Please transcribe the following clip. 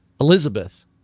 Elizabeth